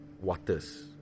Waters